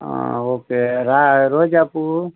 okay ரா ரோஜா பூவு